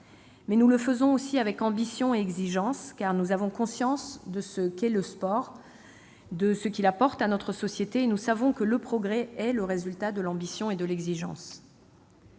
Mais nous le faisons aussi avec ambition et exigence, car nous avons conscience de ce que le sport apporte à notre société, et nous savons que le progrès est le résultat de l'ambition et de l'exigence.